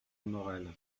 morale